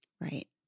Right